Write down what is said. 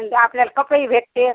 नंतर आपल्याला कपडेही भेटते